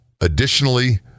additionally